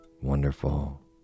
wonderful